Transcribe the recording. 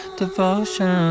devotion